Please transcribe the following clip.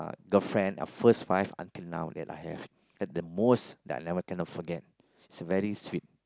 girlfriend of first five until now then I have at the most I can never forget it's a very sweet